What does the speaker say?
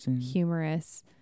humorous